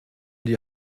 die